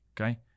Okay